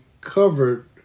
covered